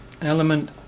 element